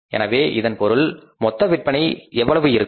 எனவே இதன் பொருள் மொத்த விற்பனை எவ்வளவு இருக்கும்